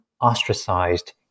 ostracized